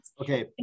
Okay